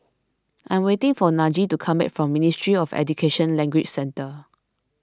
I am waiting for Najee to come back from Ministry of Education Language Centre